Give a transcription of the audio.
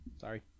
Sorry